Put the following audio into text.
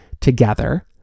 together